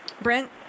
Brent